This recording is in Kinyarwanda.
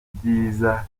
byiza